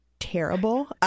terrible